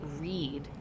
read